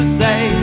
say